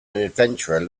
adventurer